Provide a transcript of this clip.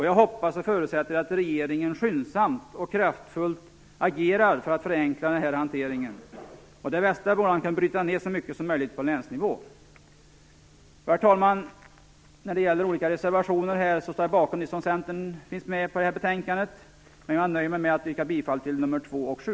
Jag hoppas och förutsätter att regeringen skyndsamt och kraftfullt agerar för att förenkla den här hanteringen. Det bästa vore om man kunde bryta ned så mycket som möjligt till länsnivå. Herr talman! När det gäller olika reservationer står jag bakom dem som Centern finns med på i detta betänkande, men jag nöjer mig med att yrka bifall till nr 2 och 7.